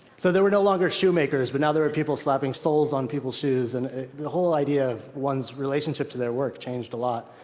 so there were no longer shoe makers, but now there are people slapping soles on people's shoes. and the whole idea of one's relationship to their work changed a lot.